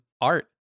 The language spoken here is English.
art